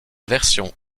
version